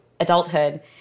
adulthood